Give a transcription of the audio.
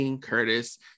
Curtis